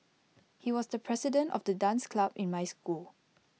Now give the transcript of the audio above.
he was the president of the dance club in my school